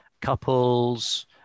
Couples